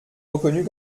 reconnus